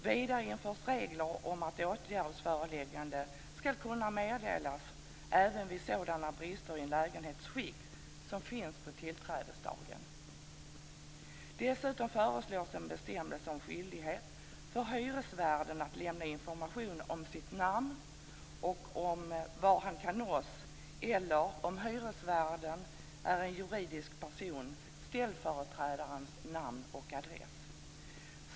Vidare införs regler om att åtgärdsföreläggande skall kunna meddelas även vid sådana brister i en lägenhets skick som finns på tillträdesdagen. Dessutom föreslås en bestämmelse om skyldighet för hyresvärden att lämna information om sitt namn och om var han kan nås, eller om hyresvärden är en juridisk person ställföreträdarens namn och adress.